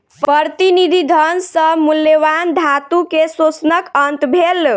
प्रतिनिधि धन सॅ मूल्यवान धातु के शोषणक अंत भेल